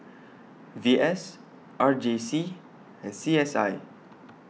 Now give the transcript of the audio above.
V S R J C and C S I